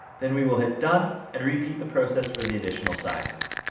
then we will hit done and repeat the process for the additional sizes.